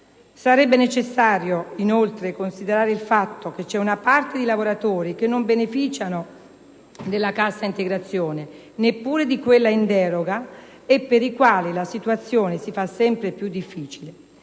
Sarebbe necessario, inoltre, considerare il fatto che c'è una parte di lavoratori che non beneficiano della cassa integrazione (neppure di quella in deroga), e per i quali la situazione si fa sempre più difficile.